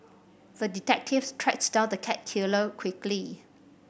the detective tracked down the cat killer quickly